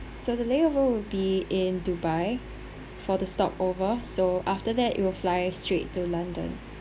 so the layover will be in dubai for the stop over so after that it will fly straight to london